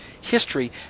history